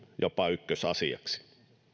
jopa ykkösasiaksi